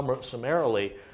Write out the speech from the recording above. summarily